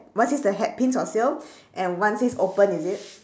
one says the hat pins for sale and one says open is it